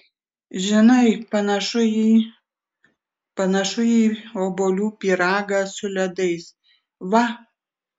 žinai panašu į panašu į obuolių pyragą su ledais va